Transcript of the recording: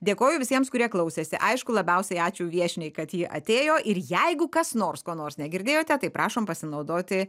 dėkoju visiems kurie klausėsi aišku labiausiai ačiū viešniai kad ji atėjo ir jeigu kas nors ko nors negirdėjote tai prašom pasinaudoti